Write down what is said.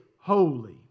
holy